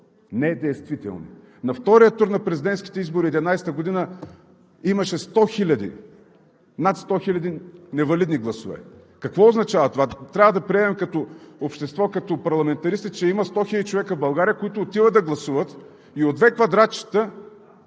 Недействителни! На втория тур на президентските избори през 2011 г. имаше над сто хиляди невалидни гласове. Какво означава това? Трябва да приемем като общество, като парламентаристи, че има сто хиляди човека в България, които отиват да гласуват и от две квадратчета